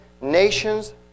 nations